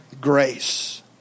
grace